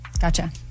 Gotcha